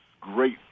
great